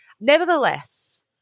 Nevertheless